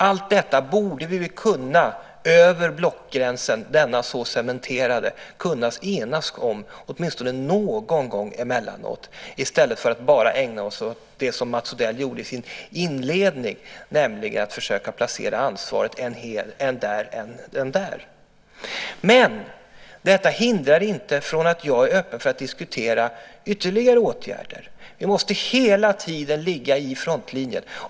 Allt detta borde vi väl kunna enas om över den så cementerade blockgränsen åtminstone någon gång i stället för att bara ägna oss åt det som Mats Odell gjorde i sin inledning, nämligen att försöka placera ansvaret än här, än där. Men detta hindrar inte att jag är öppen för att diskutera ytterligare åtgärder. Vi måste hela tiden ligga i frontlinjen.